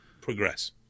progress